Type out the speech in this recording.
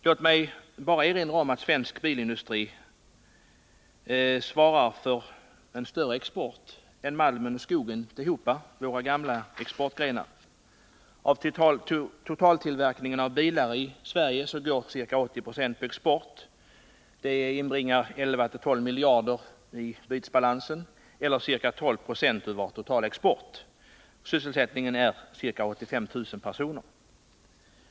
Låt mig bara erinra om att svensk bilindustri svarar för en större export än malmen och skogen tillhopa — våra gamla exportgrenar. Av totaltillverkningen av bilar i Sverige går ca 80 90 på export. Det inbringar 11-12 miljarder i bytesbalansen eller ca 12 26 av vår totala export. Bilindustrin sysselsätter ca 85 000 personer.